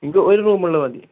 എനിക്ക് ഒരു റൂമുള്ളത് മതി